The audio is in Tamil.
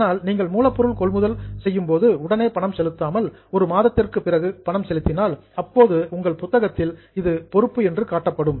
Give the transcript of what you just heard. ஆனால் நீங்கள் மூலப்பொருள் கொள்முதல் செய்யும் போது உடனே பணம் செலுத்தாமல் ஒரு மாதத்திற்கு பிறகு பணம் செலுத்தினால் அப்போது உங்கள் புத்தகத்தில் இது பொறுப்பு என்று காட்டப்படும்